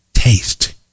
taste